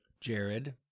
Jared